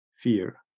fear